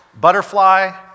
Butterfly